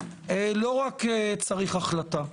לא רק צריך החלטה.